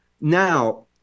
Now